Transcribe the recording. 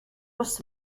was